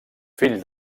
fill